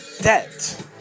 debt